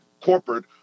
corporate